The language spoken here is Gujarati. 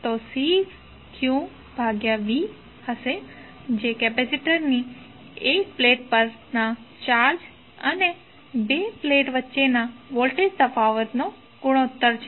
તો C q ભાગ્યા V હશે જે કેપેસિટરની 1 પ્લેટ પરના ચાર્જ અને બે પ્લેટ વચ્ચેના વોલ્ટેજ તફાવત નો ગુણોત્તર છે